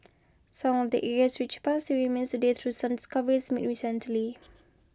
some of the area's rich past remains today through some discoveries made recently